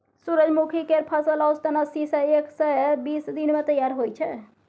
सूरजमुखी केर फसल औसतन अस्सी सँ एक सय बीस दिन मे तैयार होइ छै